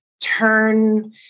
turn